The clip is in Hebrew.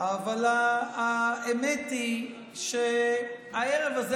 אבל האמת היא שהערב הזה,